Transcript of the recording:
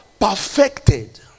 perfected